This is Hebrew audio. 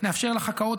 נאפשר לחכ"אות,